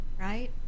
right